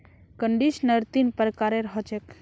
conditioner तीन प्रकारेर ह छेक